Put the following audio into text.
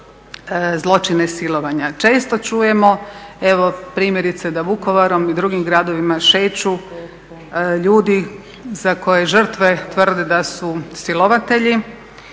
zločine silovanja. Često čujemo evo primjerice da Vukovarom i drugim gradovima šeću ljudi za koje žrtve tvrde da su silovatelji,